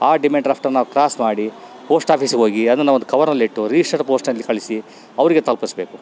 ಆ ಡಿಮ್ಯಾಂಡ್ ಡ್ರಾಫ್ಟನ್ನು ನಾವು ಕ್ರಾಸ್ ಮಾಡಿ ಪೋಸ್ಟ್ ಆಫೀಸಿಗೆ ಹೋಗಿ ಅದನ್ನು ಒಂದು ಕವರಲ್ಲಿಟ್ಟು ರಿಜಿಸ್ಟೆಡ್ ಪೋಸ್ಟ್ನಲ್ಲಿ ಕಳಿಸಿ ಅವರಿಗೆ ತಲುಪಿಸ್ಬೇಕು